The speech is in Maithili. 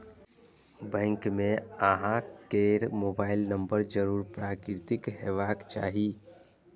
बैंक मे अहां केर मोबाइल नंबर जरूर पंजीकृत हेबाक चाही